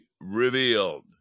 revealed